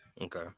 okay